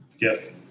Yes